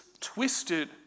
twisted